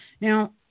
Now